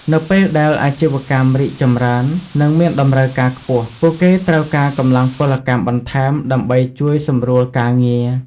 នៅពេលដែលអាជីវកម្មរីកចម្រើននិងមានតម្រូវការខ្ពស់ ពួកគេត្រូវការកម្លាំងពលកម្មបន្ថែមដើម្បីជួយសម្រួលការងារ។